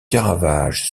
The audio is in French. caravage